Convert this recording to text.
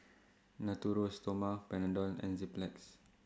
Natura Stoma Panadol and Enzyplex